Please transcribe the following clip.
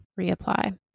Reapply